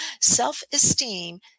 Self-esteem